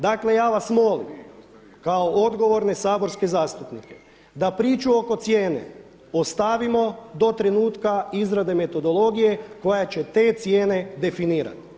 Dakle, ja vas molim kao odgovorne saborske zastupnike, da priču oko cijene ostavimo do trenutka izrade metodologije koja će te cijene definirati.